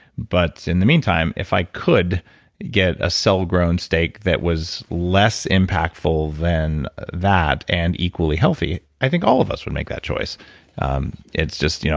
but in the meantime, if i could get a cell grown steak that was less impactful than that and equally healthy, i think all of us would make that choice it's just,